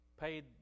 paid